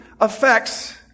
affects